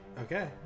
Okay